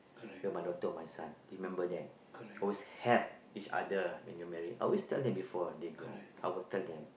know my daughter or my son remember them always have each other in your marriage I always tell them before they go I will tell them